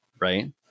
Right